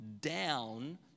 down